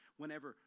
whenever